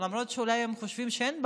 למרות שאולי הם חושבים שאין בעיה,